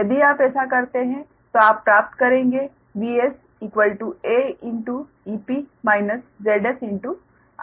यदि आप ऐसा करते हैं तो आप प्राप्त करेंगे VsaEp ZsIs यह समीकरण 24 है